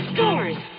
Stores